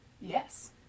Yes